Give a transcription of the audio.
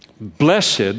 Blessed